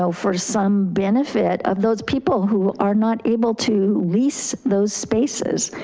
so for some benefit of those people who are not able to lease those spaces,